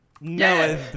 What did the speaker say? no